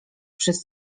przez